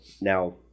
now